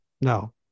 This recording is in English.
no